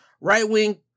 right-wing